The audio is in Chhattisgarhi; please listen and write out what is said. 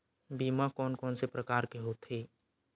बीमा कोन कोन से प्रकार के होथे?